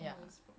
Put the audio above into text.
ya